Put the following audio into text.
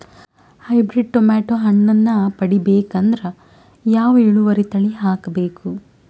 Hybrid tomato ಹಣ್ಣನ್ನ ಪಡಿಬೇಕಂದರ ಯಾವ ಇಳುವರಿ ತಳಿ ಹಾಕಬೇಕು?